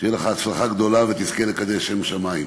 שתהיה לך הצלחה גדולה ותזכה לקדש שם שמים.